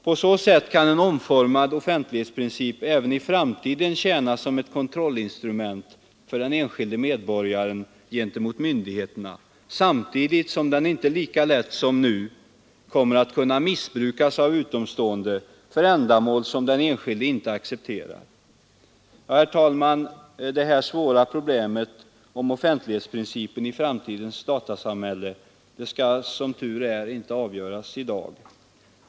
På så sätt kan en omfattande offentlighetsprincip även i framtiden tjäna som ett kontrollinstrument för den enskilde medborgaren gentemot myndigheterna, samtidigt som den inte lika lätt som nu kommer att kunna missbrukas av utomstående för ändamål som den enskilde inte accepterar. Herr talman! Det svåra problemet om offentlighetsprincipen i framtidens datasamhälle skall som tur är inte avgöras i dag.